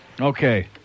Okay